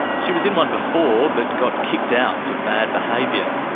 she was in one before but got kicked out for bad behaviour.